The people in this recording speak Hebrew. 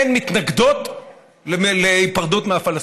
הן מתנגדות להיפרדות מהפלסטינים.